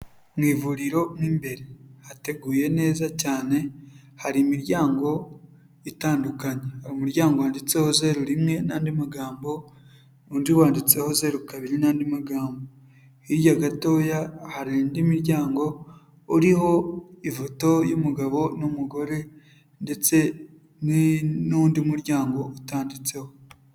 Mu ivuriro mu imbere hateguye neza cyane, hari imiryango itandukanye, hari umuryango wanditse zeru rimwe n'andi magambo, undi wanditseho zeru kabiri n'andi magambo, hirya gatoya hari indi miryango, uriho ifoto y'umugabo n'umugore ndetse n'undi muryango utanditseho.